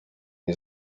nie